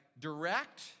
direct